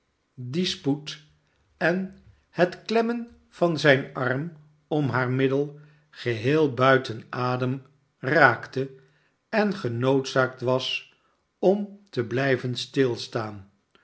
en het klemmen van zijn arm om haar middel geheel buiten adem raakte en genoodzaakt was om te blijven stilstaan